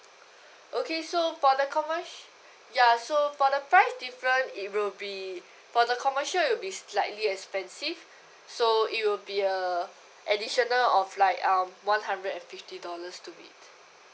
okay so for the commer~ ya so for the price different it will be for the commercial it will be slightly expensive so it will be a additional of like um one hundred and fifty dollars to it